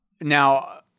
now